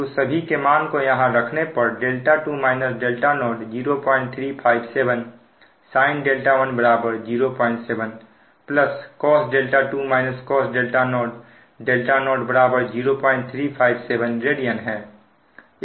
तो सभी के मान को यहां रखने पर δ2 δ0 0357 sin1 07 plus cos 2 cos 0 δ0 0357 radian है